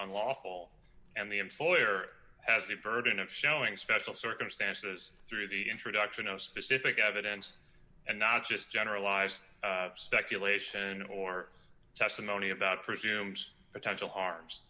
unlawful and the employer has the burden of showing special circumstances through the introduction of specific evidence and not just generalized speculation or testimony about presumed potential harms